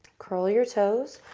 curl your toes,